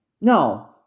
no